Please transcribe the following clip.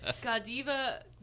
Godiva